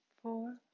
four